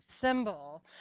symbol